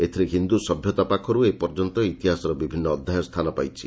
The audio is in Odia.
ଏଥିରେ ସିନ୍ଧୁ ସଭ୍ୟତା ପାଖରୁ ଏପର୍ଯ୍ୟନ୍ତ ଇତିହାସର ବିଭିନ୍ନ ଅଧ୍ୟାୟ ସ୍ଥାନ ପାଇଛି